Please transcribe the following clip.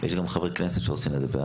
גם חברי הכנסת מעוניינים לדבר.